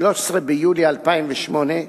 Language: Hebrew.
13 ביולי 2008,